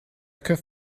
could